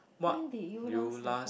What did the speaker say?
when did you last have a